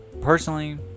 personally